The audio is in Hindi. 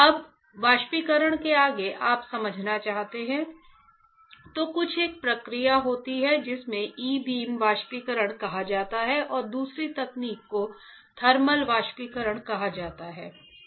अब वाष्पीकरण में आगे आप समझना चाहते हैं तो कुछ एक प्रक्रिया होती है जिसे ई बीम वाष्पीकरण कहा जाता है और दूसरी तकनीक को थर्मल वाष्पीकरण कहा जाता है